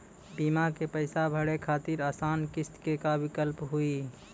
बीमा के पैसा भरे खातिर आसान किस्त के का विकल्प हुई?